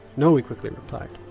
no he quickly replied.